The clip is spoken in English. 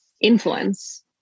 influence